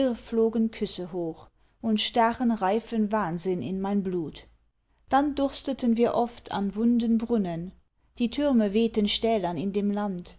irr flogen küsse hoch und stachen reifen wahnsinn in mein blut dann dursteten wir oft an wunden brunnen die türme wehten stählern in dem land